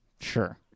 Sure